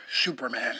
Superman